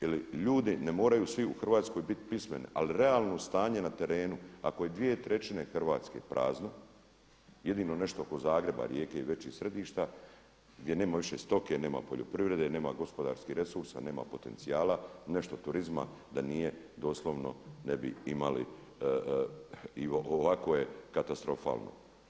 Jer ljudi ne moraju svi u Hrvatskoj biti pismeni ali realno stanje na terenu ako je dvije trećine Hrvatske prazno, jedino nešto oko Zagreba, Rijeke i većih središta gdje nema više stoke, nema poljoprivrede, nema gospodarskih resursa, nema potencijala, nešto turizma da nije doslovno ne bi imali, i ovako je katastrofalno.